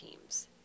teams